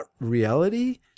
reality